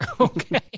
okay